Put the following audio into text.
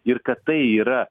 ir kad tai yra